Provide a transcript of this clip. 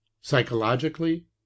psychologically